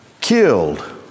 killed